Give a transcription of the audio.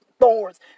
thorns